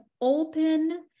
open